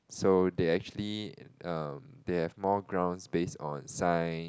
so they actually um they have more grounds based on science